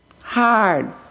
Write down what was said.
Hard